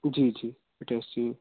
जी जी एटैच चाहिए